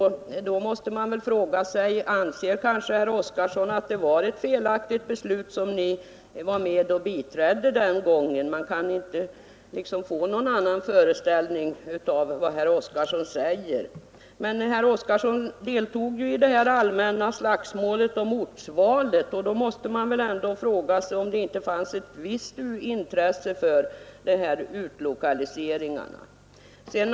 Då måste man fråga sig om herr Oskarson anser att det var ett felaktigt beslut som ni biträdde den gången. Man kan inte dra någon annan slutsats av det herr Oskarson säger. Men herr Oskarson deltog i det allmänna slagsmålet om ortsvalet. Fanns det då ändå inte ett visst intresse för utlokaliseringarna?